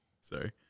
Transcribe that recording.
sorry